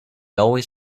always